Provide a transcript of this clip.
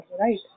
right